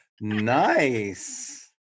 nice